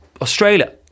Australia